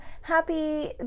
happy